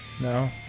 No